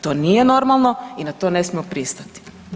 To nije normalno i na to ne smijemo pristati.